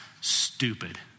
stupid